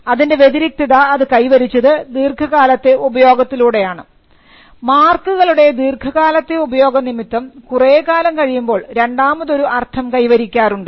അതിൻറെ വ്യതിരിക്തത അത് കൈവരിച്ചത് ദീർഘകാലത്തെ ഉപയോഗത്തിലൂടെയാണ് മാർക്കുകളുടെ ദീർഘകാലത്തെ ഉപയോഗം നിമിത്തം കുറെ കാലം കഴിയുമ്പോൾ രണ്ടാമതൊരു അർത്ഥം കൈവരിക്കാറുണ്ട്